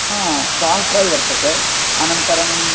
आम् दाल् फ़्रै वर्तते अनन्तरं